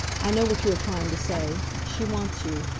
i know what you are trying to say she wants you.